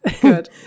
good